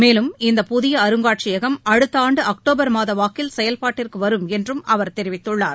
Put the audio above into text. மேலும் இந்த புதிய அருங்காட்சியகம் அடுத்த ஆண்டு அக்டோபர்மாத வாக்கில் செயல்பாட்டுக்கு வரும் என்றும் அவர் தெரிவித்துள்ளார்